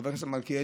חבר הכנסת מלכיאלי,